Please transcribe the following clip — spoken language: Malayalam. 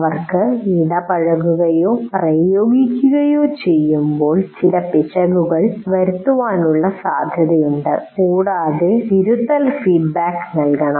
അവർ ഇടപഴകുകയോ പ്രയോഗിക്കുകയോ ചെയ്യുമ്പോൾ ചില പിശകുകൾ വരുത്താനുള്ള സാധ്യതയുണ്ട് കൂടാതെ തിരുത്തൽ ഫീഡ്ബാക്ക് നൽകണം